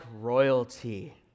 royalty